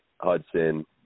Hudson